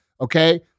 Okay